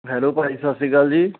hello ਭਾਅ ਜੀ ਸਤਿ ਸ਼੍ਰੀ ਅਕਾਲ ਜੀ